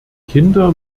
kinder